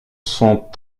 sont